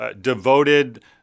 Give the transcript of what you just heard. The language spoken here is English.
devoted